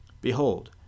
Behold